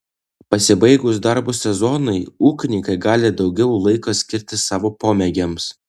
pasibaigus darbų sezonui ūkininkai gali daugiau laiko skirti savo pomėgiams